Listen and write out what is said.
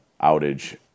outage